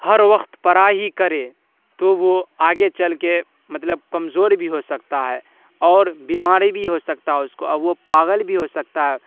ہر وقت پڑھائی کرے تو وہ آگے چل کے مطلب کمزور بھی ہو سکتا ہے اور بیماری بھی ہو سکتا ہے اس کو اور وہ پاگل بھی ہو سکتا ہے